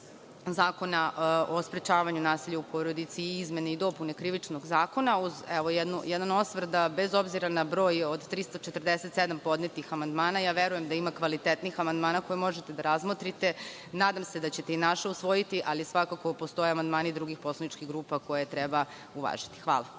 zakona o sprečavanju nasilja u porodici i izmene i dopune Krivičnog zakona, uz jedan osvrt, bez obzira na broj od 347 podnetih amandmana, ja verujem da ima kvalitetnih amandmana koje možete da razmotrite. Nadam se da ćete i naše usvojiti, ali svakako postoje amandmani drugih poslaničkih grupa koje treba uvažiti. Hvala.